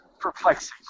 perplexing